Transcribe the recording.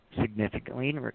significantly